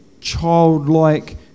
childlike